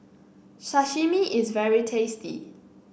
sashimi is very tasty